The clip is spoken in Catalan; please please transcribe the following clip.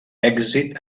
èxit